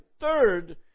third